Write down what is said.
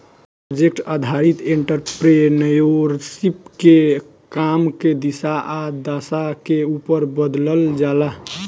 project आधारित entrepreneurship के काम के दिशा आ दशा के उपर बदलल जाला